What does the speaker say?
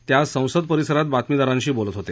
ते आज संसद परिसरात बातमीदारांशी बोलत होते